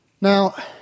Now